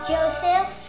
Joseph